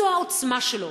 זו העוצמה שלו.